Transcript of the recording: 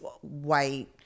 white